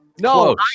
No